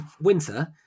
winter